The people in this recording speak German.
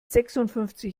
sechsundfünfzig